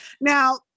Now